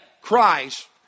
Christ